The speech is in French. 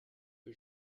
que